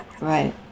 right